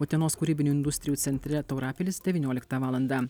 utenos kūrybinių industrijų centre taurapilis devynioliktą valandą